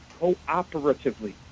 cooperatively